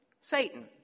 Satan